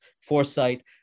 foresight